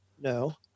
No